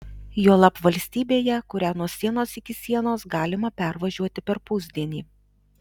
juolab valstybėje kurią nuo sienos iki sienos galima pervažiuoti per pusdienį